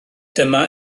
dyma